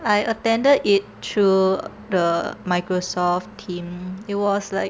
I attended it through the microsoft team it was like